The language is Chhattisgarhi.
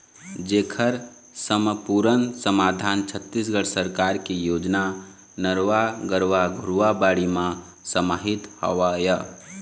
जेखर समपुरन समाधान छत्तीसगढ़ सरकार के योजना नरूवा, गरूवा, घुरूवा, बाड़ी म समाहित हवय